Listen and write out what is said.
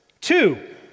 Two